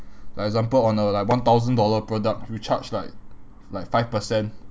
like example on a like one thousand dollar product you charge like like five percent